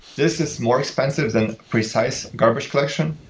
this is more expensive than precise garbage collection.